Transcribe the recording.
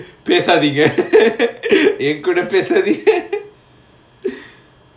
பேசாதீங்க:pesaatheenga என் கூட பேசாதீங்க:en kooda pesaatheenga